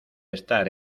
estar